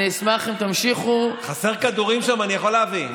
אשמח אם תמשיכו, חסרים כדורים שם, אני יכול להביא.